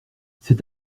c’est